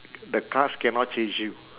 the cars cannot chase you